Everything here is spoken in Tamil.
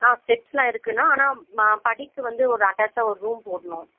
ஸ்டெப்ஸ் எல்லாம் இருக்குண்ணா ஆனால் படிக்கு வந்து ஒரு அட்டாச்சாக ஒரு ரூம் போடணும்